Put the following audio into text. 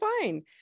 fine